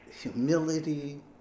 humility